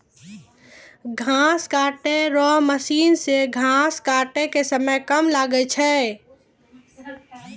घास काटै रो मशीन से घास काटै मे समय कम लागै छै